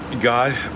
God